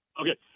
Okay